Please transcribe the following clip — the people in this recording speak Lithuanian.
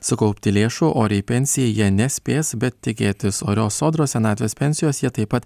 sukaupti lėšų oriai pensijai jie nespės bet tikėtis orios sodros senatvės pensijos jie taip pat